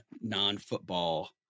non-football